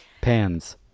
pans